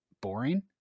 boring